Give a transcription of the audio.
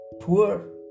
poor